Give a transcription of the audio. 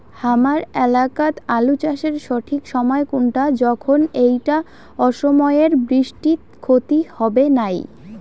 হামার এলাকাত আলু চাষের সঠিক সময় কুনটা যখন এইটা অসময়ের বৃষ্টিত ক্ষতি হবে নাই?